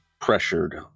pressured